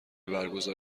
برگزار